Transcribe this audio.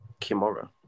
Kimura